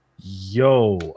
yo